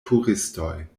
turistoj